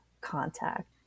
contact